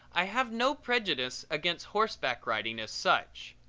i have no prejudice against horseback riding as such.